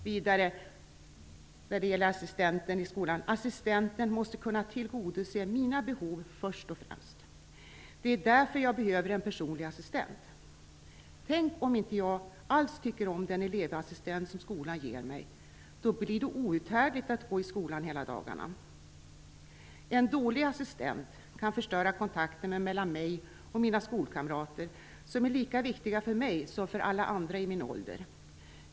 Vidare skriver hon: "Assistenten måste kunna tillgodose mina behov först och främst. Det är därför jag behöver en personlig assistent. Tänk om jag inte alls tycker om den elevassistent som skolan ger mig, då blir det outhärdligt att gå i skolan hela dagarna. En dålig assistent kan förstöra kontakten mellan mig och mina skolkamrater, som är lika viktig för mig som för alla andra i min ålder.